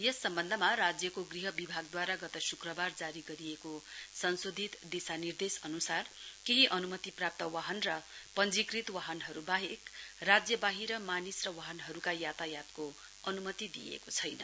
यस सम्बन्धमा राज्यको गृह विभागद्वारा गत शुक्रबार जारी गरिएको संशोधित दिशानिर्देशन अनुसार केही अनुमतिप्राप्त वाहन र पञ्जीकृत वाहनहरू बाहेक राज्यबाहिर मानिस र वाहनहरूका यातायातको अनुमति दिइएको छैन